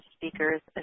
Speakers